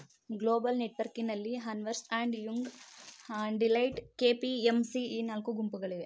global ನೆಟ್ವರ್ಕಿಂಗ್ನಲ್ಲಿ Ernst and Young, Deloitte, KPMG ಈ ನಾಲ್ಕು ಗುಂಪುಗಳಿವೆ